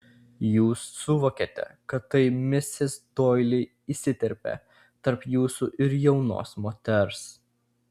jūs suvokėte kad tai misis doili įsiterpė tarp jūsų ir jaunos moters